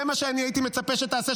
זה מה שאני הייתי מצפה שתעשה,